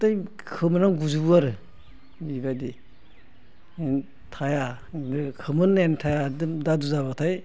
गतै खोमोना गुयो आरो बिबायदि थाया खोमोन होननायानो थाया दादु जाब्लाथाय